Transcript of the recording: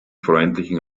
freundlichen